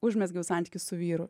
užmezgiau santykius su vyru